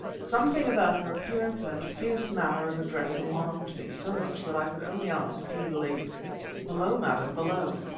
something about her appearance and fierce manner of address alarmed me so much that i could only answer feebly below, madam, below.